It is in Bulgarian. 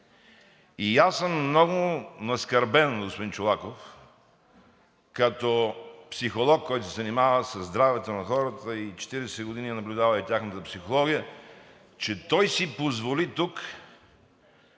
И аз съм много наскърбен от господин Чолаков като психолог, който се занимава със здравето на хората и 40 години наблюдава и тяхната психология, че той си позволи тук